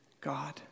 God